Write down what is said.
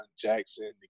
Jackson